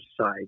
side